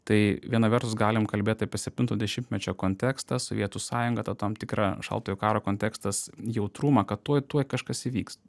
tai viena vertus galim kalbėt apie septinto dešimtmečio kontekstą sovietų sąjungą tą tam tikrą šaltojo karo kontekstas jautrumą kad tuoj tuoj kažkas įvyks